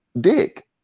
dick